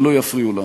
ולא יפריעו לנו.